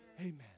Amen